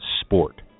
sport